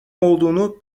olduğunu